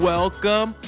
Welcome